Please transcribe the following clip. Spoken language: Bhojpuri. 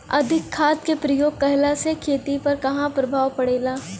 अधिक खाद क प्रयोग कहला से खेती पर का प्रभाव पड़ेला?